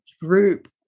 Group